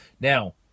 Now